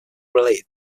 related